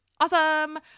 awesome